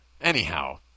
Anyhow